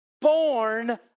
born